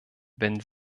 wenn